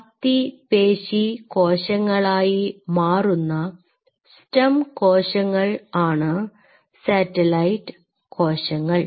അസ്ഥിപേശി കോശങ്ങളായി മാറുന്ന സ്റ്റം കോശങ്ങൾ ആണ് സാറ്റലൈറ്റ് കോശങ്ങൾ